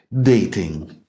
dating